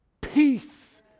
Peace